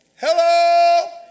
Hello